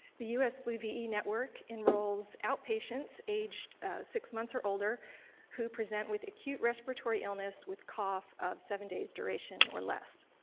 the us flu ve network enrolls outpatients aged six months or older who present with acute respiratory illness with cough of seven days duration or less.